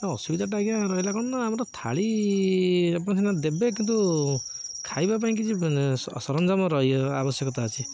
ଅସୁବିଧାଟା ଆଜ୍ଞା ରହିଲା କ'ଣ ନା ଆମର ଥାଳି ଆପଣ ସିନା ଦେବେ କିନ୍ତୁ ଖାଇବା ପାଇଁ କିଛି ସରଞ୍ଜାମ ରହିବା ଆବଶ୍ୟକତା ଅଛି